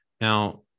Now